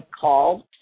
called